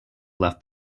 left